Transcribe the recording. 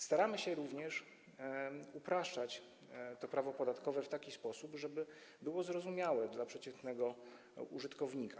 Staramy się również upraszczać prawo podatkowe w taki sposób, żeby było zrozumiałe dla przeciętnego użytkownika.